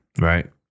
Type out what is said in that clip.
Right